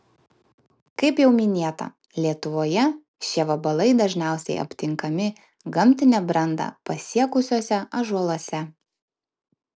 kaip jau minėta lietuvoje šie vabalai dažniausiai aptinkami gamtinę brandą pasiekusiuose ąžuoluose